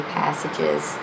passages